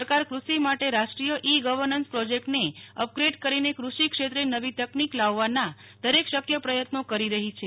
સરકાર કૃષિ માટેરાષ્ટ્રીય ઇ ગવર્નન્સ પ્રોજેક્ટને અપગ્રેડ કરીને કૃષિ ક્ષેત્રે નવી તકનીક લાવવાનાદરેક શક્ય પ્રયત્નો કરી રહી છે